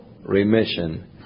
remission